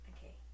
Okay